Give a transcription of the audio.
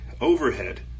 overhead